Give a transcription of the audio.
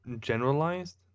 generalized